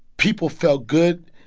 people felt good.